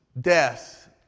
death